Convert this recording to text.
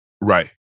Right